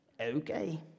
Okay